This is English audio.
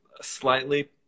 slightly